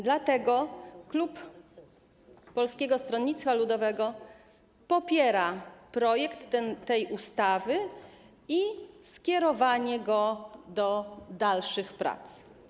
Dlatego klub Polskiego Stronnictwa Ludowego popiera projekt tej ustawy i skierowanie go do dalszych prac.